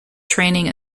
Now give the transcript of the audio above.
training